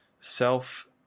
self